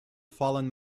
fallen